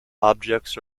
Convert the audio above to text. objects